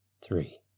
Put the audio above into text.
three